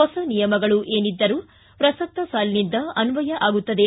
ಹೊಸ ನಿಯಮಗಳು ಏನಿದ್ದರೂ ಪ್ರಸಕ್ತ ಸಾಲಿನಿಂದ ಅನ್ನಯ ಆಗುತ್ತದೆ